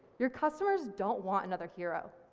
your customers don't want another hero,